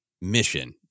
mission